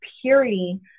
purity